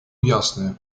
jasny